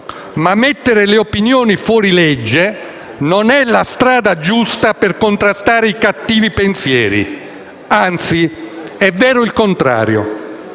mettere le opinioni fuori legge non è la strada giusta per contrastare i cattivi pensieri; anzi, è vero il contrario.